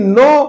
no